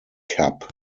cup